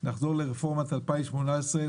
תוך חזרה לרפורמת 2018,